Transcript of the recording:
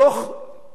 תחום המדינה,